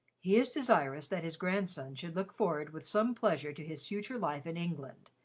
he is desirous that his grandson should look forward with some pleasure to his future life in england,